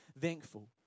thankful